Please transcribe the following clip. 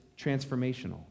transformational